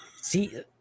see